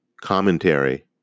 commentary